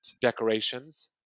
decorations